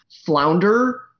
flounder